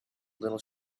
little